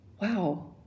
wow